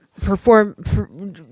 perform